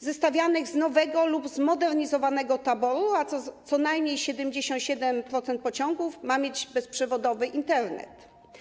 zestawianych z nowego lub zmodernizowanego taboru, a co najmniej 77% pociągów ma mieć bezprzewodowy Internet.